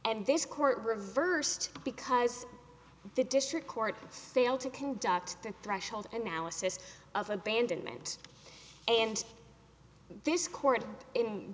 and this court reversed because the district court failed to conduct the threshold analysis of abandonment and this court in